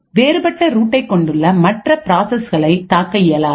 வேறுபட்ட ரூட்டை கொண்டுள்ள மற்ற பிராசஸர்களை தாக்க இயலாது